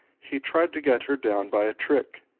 he tried to get her down by a trick.